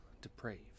depraved